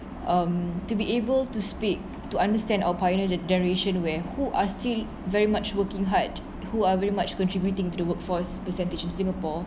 um to be able to speak to understand or pioneer generation where who are still very much working hard who are very much contributing to the workforce percentage in singapore